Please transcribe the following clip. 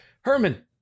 Herman